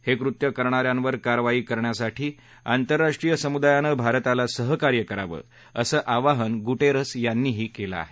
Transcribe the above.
हे कृत्य करणाऱ्यांवर कारवाई करण्यासाठी आंतरराष्ट्रीय समुदायानं भारताला सहकार्य करावं असं आवाहनही गुटेरस यांनी केले आहे